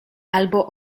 albo